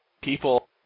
people